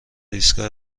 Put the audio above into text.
ایستگاه